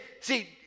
see